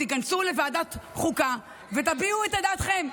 תיכנסו לוועדת החוקה ותביעו את דעתכם.